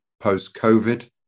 post-COVID